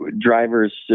Drivers